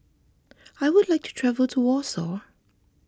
I would like to travel to Warsaw